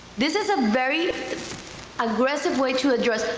this is a very aggressive way to address,